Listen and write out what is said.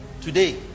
Today